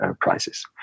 prices